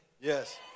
yes